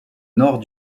nord